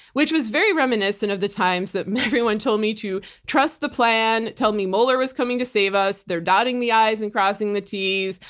which was very reminiscent of the times that everyone told me to trust the plan. told me moeller was coming to save us, they're dotting the i's and crossing the t's.